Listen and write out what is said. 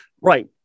Right